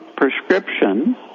prescription